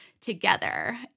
together